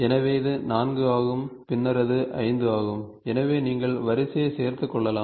எனவே இது 4 ஆகும் பின்னர் அது 5 ஆகும் எனவே நீங்கள் வரிசையைச் சேர்த்துக் கொள்ளலாம்